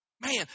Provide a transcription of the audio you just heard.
Man